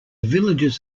villages